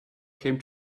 came